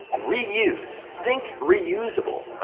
reuse! think reusable.